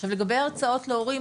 עכשיו לגבי הרצאות להורים,